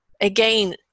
again